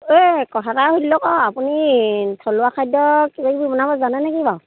এই কথা এটা সুধি লওক আকৌ আপুনি থলুৱা খাদ্য কিবা কিবি বনাব জানে নেকি বাৰু